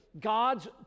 God's